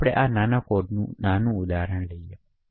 હવે આપણે આવા કોડનું નાનું ઉદાહરણ લઈશું